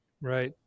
Right